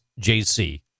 JC